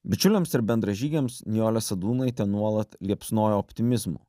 bičiuliams ir bendražygiams nijolė sadūnaitė nuolat liepsnojo optimizmu